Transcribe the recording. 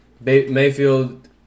Mayfield